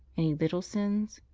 any little sins?